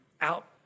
out